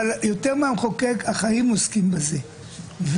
אבל יותר מהמחוקק החיים עוסקים בזה.